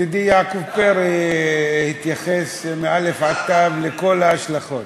אפילו ידידי יעקב פרי התייחס מא' עד ת' לכל ההשלכות.